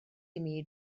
imi